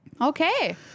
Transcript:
Okay